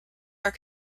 are